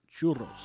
churros